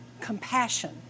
compassion